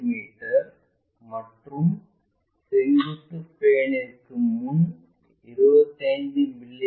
me மற்றும் செங்குத்து பிளேன்ற்கு முன் 25 மி